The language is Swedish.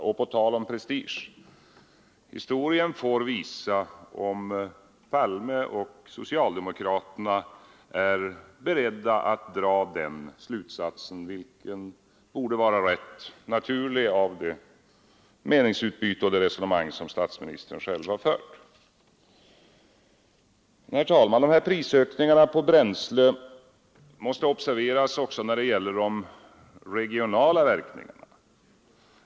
Och på tal om prestige: historien får visa om statsminister Palme och socialdemokraterna är beredda att dra den slutsatsen, vilken borde vara rätt naturlig, av detta meningsutbyte och det resonemang som statsministern själv har fört. Herr talman! De här prisökningarna på bränsle måste observeras också när det gäller deras regionala verkningar.